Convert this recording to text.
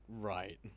Right